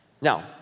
Now